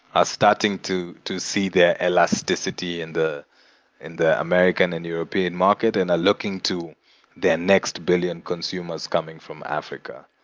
are starting to to see their elasticity in the in the american and european market and are looking to their next billion consumers coming from africa.